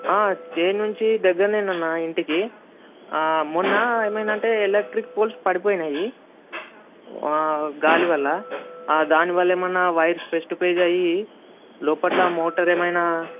చేను నుంచి దగ్గరనేనన్న ఇంటికి మొన్న ఏమైంది అంటే ఎలక్ట్రిక్ పోల్స్ పడిపోయినాయి గాలి వల్ల దానివల్ల ఏమన్నా వైర్స్ ఫెస్టిఫైజ్ అయ్యి లోపల మోటర్ ఏమైనా